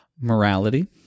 Morality